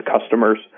customers